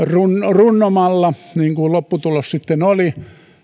runnomalla niin kuin lopputulos sitten oli